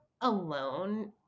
alone